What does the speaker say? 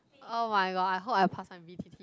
oh-my-god I hope I pass my B_T_T